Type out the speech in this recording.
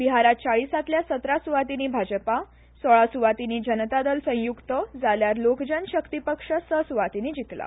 बिहारांत चाळीसांतल्या सतरा सुवातींनी भाजपा सोळा सुवातींनी जनता दल संयुक्त जाल्यार लोकजन शक्तीपक्ष स सुवातींनी जिखला